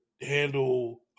handle